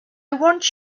want